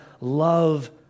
love